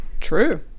true